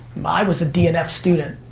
i was a d and f student.